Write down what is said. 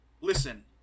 Listen